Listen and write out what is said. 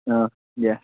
অঁ দিয়া